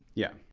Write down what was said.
yeah.